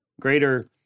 greater